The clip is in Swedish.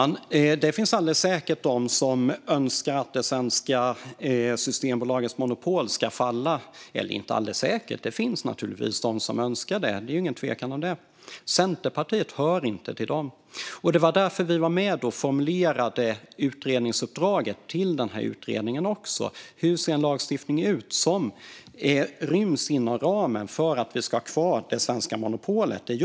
Herr talman! Det finns naturligtvis de som önskar att det svenska Systembolagets monopol ska falla - det är det ingen tvekan om. Centerpartiet hör inte till dem, därav det uppdrag som vi var med och formulerade till utredningen: hur en lagstiftning som ryms inom ramen för att ha kvar det svenska monopolet ska se ut.